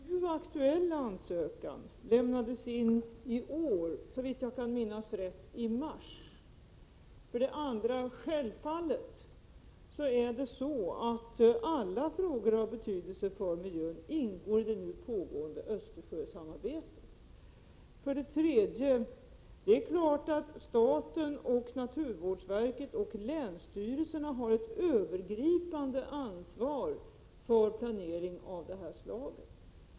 Fru talman! För det första lämnades den nu aktuella ansökan in i år, i mars, såvitt jag minns rätt. För det andra ingår självfallet alla frågor av betydelse för miljön i det nu pågående Östersjösamarbetet. För det tredje är det klart att staten, naturvårdsverket och länsstyrelserna har ett övergripande ansvar för planering av det här slaget.